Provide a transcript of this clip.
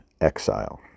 exile